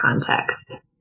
context